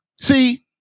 See